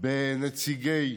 בנציגי